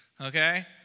Okay